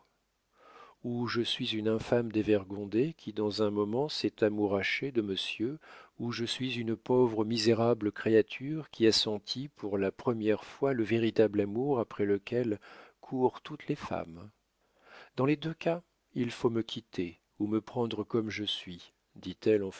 ou je suis une infâme dévergondée qui dans un moment s'est amourachée de monsieur ou je suis une pauvre misérable créature qui a senti pour la première fois le véritable amour après lequel courent toutes les femmes dans les deux cas il faut me quitter ou me prendre comme je suis dit-elle